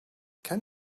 can